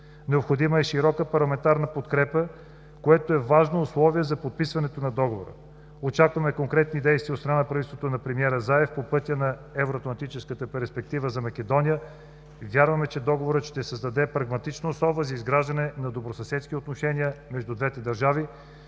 Необходима е широка парламентарна подкрепа, което е важно условие за подписването на Договора. Очакваме конкретни действия от страна на правителството на премиера Заев по пътя на евроатлантическата перспектива за Македония и вярваме, че Договорът ще създаде прагматична основа за изграждане на добросъседски отношения между двете държави,